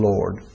Lord